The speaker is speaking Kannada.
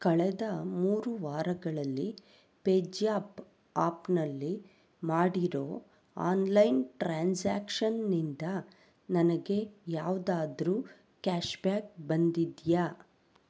ಕಳೆದ ಮೂರು ವಾರಗಳಲ್ಲಿ ಪೆಜ್ಯಾಪ್ ಆಪ್ನಲ್ಲಿ ಮಾಡಿರೋ ಆನ್ಲೈನ್ ಟ್ರಾನ್ಸಾಕ್ಷನ್ನಿಂದ ನನಗೆ ಯಾವುದಾದರೂ ಕ್ಯಾಷ್ಬ್ಯಾಕ್ ಬಂದಿದೆಯಾ